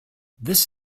this